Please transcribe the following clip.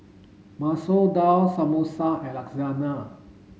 Masoor Dal Samosa and Lasagna